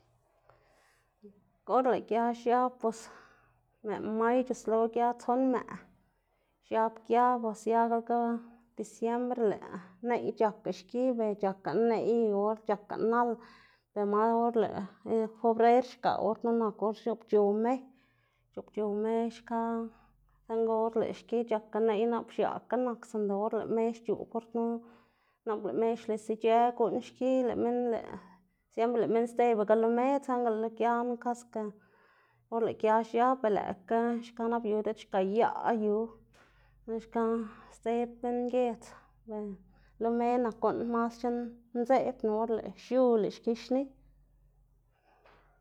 or lëꞌ gia xiab bos mëꞌ may c̲h̲uslo gia tson mëꞌ xiab gia bos siagalaga disiembr lëꞌ neꞌy c̲h̲akga xki ber c̲h̲akga neꞌy yu or c̲h̲akga nal, ber ma or lëꞌ fubrer xgaꞌ or knu nak or x̱oꞌbc̲h̲o me x̱oꞌbc̲h̲o me xka, saꞌnga or lëꞌ xki c̲h̲akga neꞌy nap x̱aꞌkga nak sinda or lëꞌ me xc̲h̲oꞌb or knu nap lëꞌ me lis ic̲h̲ë guꞌn xki lëꞌ minn lëꞌ siempre lëꞌ minn sdzebaga lo me saꞌnga lëꞌ lo giana kaska or lëꞌ gia xiab, ber lëꞌkga xka nap yu diꞌt xgaꞌyaꞌ yu diꞌt xka sdzeb minn giedz, lo me nak guꞌn masc̲h̲a ndzeꞌbna, or lëꞌ x̱uꞌ lëꞌ xki xni.